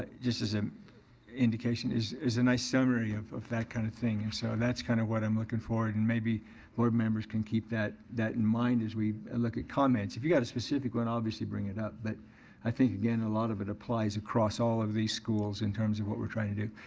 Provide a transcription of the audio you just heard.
just as an indication, is is a nice summary of of that kind of thing and so that's kind of what i'm looking for and maybe board members can keep that that in mind as we look at comments. if you've got a specific one, obviously, bring it up but i think, again, a lot of it applies across all of these schools in terms of what we're trying to do.